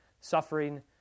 Suffering